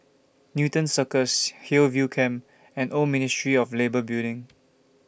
Newton Circus Hillview Camp and Old Ministry of Labour Building